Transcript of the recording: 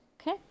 okay